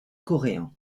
coréens